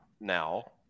now